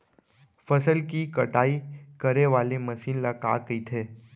फसल की कटाई करे वाले मशीन ल का कइथे?